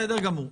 בסדר גמור.